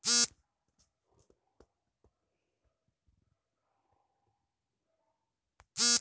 ಬೆಳ್ಳುಳ್ಳಿ, ಶುಂಠಿ, ಕರಿಮೆಣಸು ಏಲಕ್ಕಿಯಂತ ಮಸಾಲೆ ಪದಾರ್ಥಗಳ ಉತ್ಪಾದನೆಯಲ್ಲಿ ಭಾರತ ಮೊದಲನೇ ದೇಶವಾಗಿದೆ